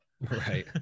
Right